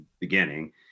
beginning